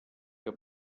que